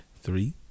Three